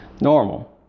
normal